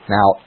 Now